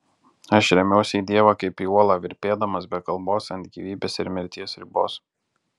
aš remiuosi į dievą kaip į uolą virpėdamas be kalbos ant gyvybės ir mirties ribos